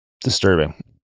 disturbing